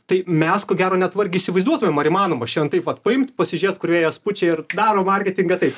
tai mes ko gero net vargiai įsivaizduotumėm ar įmanoma šiandien taip vat paimt pasižėt kur vėjas pučia ir darom marketingą taip